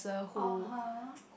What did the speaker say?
(uh huh)